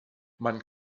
man